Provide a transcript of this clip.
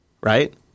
right